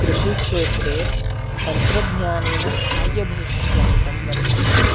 कृषिक्षेत्रे तन्त्रज्ञानेन साहाय्यभूतं यन्त्रं वर्तते